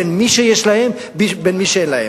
בין מי שיש להם ובין מי שאין להם.